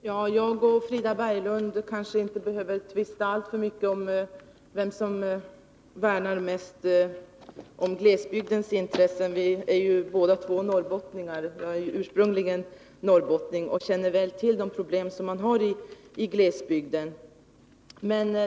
Herr talman! Frida Berglund och jag kanske inte behöver tvista alltför mycket om vem som värnar mest om glesbygdens intressen. Vi är båda två norrbottningar och känner väl till de problem som man har i glesbygden.